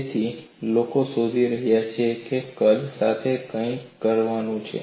તેથી લોકો શોધી રહ્યા છે કે કદ સાથે કંઈક કરવાનું છે